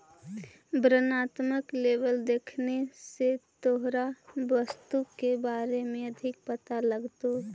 वर्णात्मक लेबल देखने से तोहरा वस्तु के बारे में अधिक पता लगतो